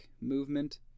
movement